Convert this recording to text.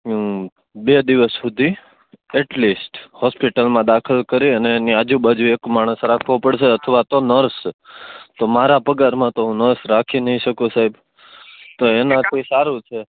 હું બે દિવસ સુધી એટલીસ્ટ હોસ્પિટલમાં દાખલ કરી ને એની આજુબાજુ એક માણસ રાખવો પડશે અથવા તો નર્સ તો મારા પગારમાં તો નર્સ રાખી નહીં શકું સાહેબ તો એના કોઈ સારું છે